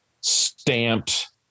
stamped